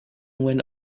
when